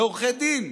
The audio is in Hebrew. לעורכי דין,